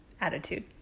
attitude